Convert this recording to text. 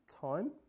time